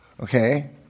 Okay